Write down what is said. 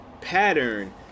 pattern